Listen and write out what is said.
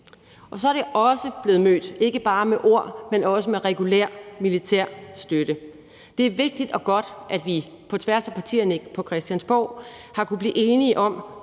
Så er den også blevet mødt ikke bare med ord, men også med regulær militær støtte. Det er vigtigt og godt, at vi på tværs af partierne på Christiansborg har kunnet blive enige om